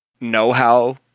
know-how